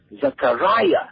Zachariah